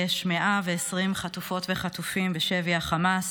יש 120 חטופות וחטופים בשבי החמאס.